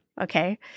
okay